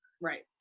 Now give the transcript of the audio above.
Right